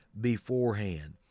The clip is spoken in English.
beforehand